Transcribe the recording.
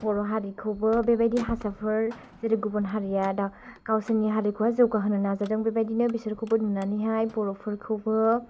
बर' हारिखौबो बेबायदि हारसाफोर जेरै गुबुन हारिया दा गावसिनि हारिखौहाय जौगाहोनो नाजादों बेबायदिनो बिसोरखौबो नुनानैहाय बर'फोरखौबो